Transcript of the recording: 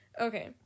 Okay